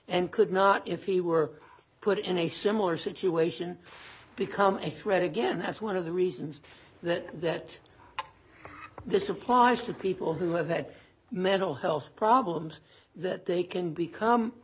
and could not if he were put in a similar situation become a threat again that's one of the reasons that this applies to people who have had mental health problems that they can become